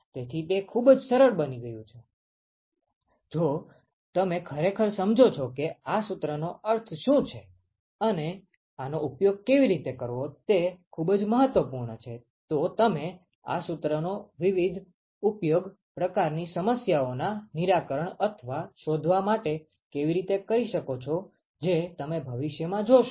તેથી તે ખૂબ જ સરળ બની ગયું છે જો તમે ખરેખર સમજો છો કે આ સૂત્રનો અર્થ શું છે અને આનો ઉપયોગ કેવી રીતે કરવો તે ખૂબ જ મહત્વપૂર્ણ છે તો તમે આ સૂત્ર નો ઉપયોગ વિવિધ પ્રકારની સમસ્યાઓના નિરાકરણ અથવા શોધવા માટે કેવી રીતે કરી શકો છો જે તમે ભવિષ્યમાં જોશો